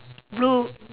blue